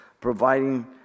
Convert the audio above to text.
providing